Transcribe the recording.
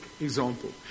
Example